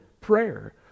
prayer